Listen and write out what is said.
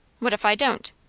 what if i don't?